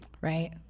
Right